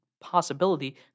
possibility